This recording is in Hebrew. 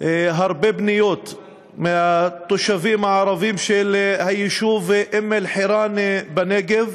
הרבה פניות מהתושבים הערבים של היישוב אום-אלחיראן בנגב,